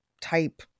type